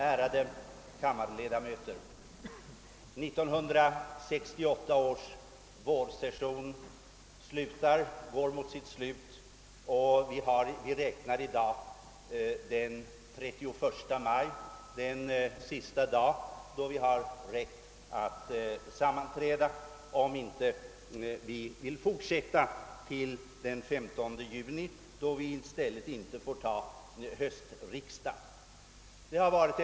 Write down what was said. Ärade kammarledamöter! 1968 års riksdags vårsession går mot sitt slut, och vi räknar i dag den 31 maj — den sista dag då vi har rätt att sammanträda, om vi inte vill fortsätta till den 15 juni. I det senare fallet får vi ju inte ta någon höstsession.